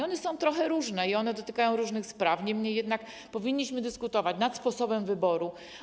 One są trochę różne i dotykają różnych spraw, niemniej jednak powinniśmy dyskutować, np. nad sposobem wyboru.